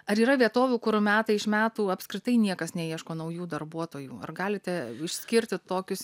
ar yra vietovių kur metai iš metų apskritai niekas neieško naujų darbuotojų ar galite išskirti tokius